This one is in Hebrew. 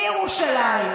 בירושלים.